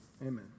Amen